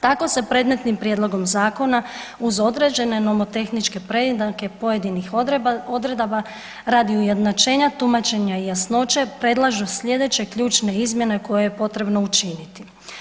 Tako se predmetni prijedlogom zakona uz određene novotehničke preinake pojedinih odredaba radi ujednačenja tumačenja i jasnoće predlažu slijedeće ključne izmjene koje je potrebno učiniti.